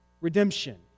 Redemption